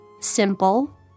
Simple